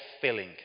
filling